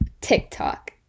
TikTok